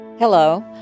Hello